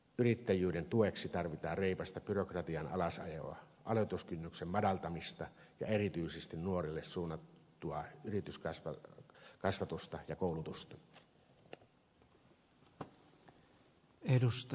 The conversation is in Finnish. yrittäjyyden tueksi tarvitaan reipasta byrokratian alasajoa aloituskynnyksen madaltamista ja erityisesti nuorille suunnattua yrityskasvatusta ja koulutusta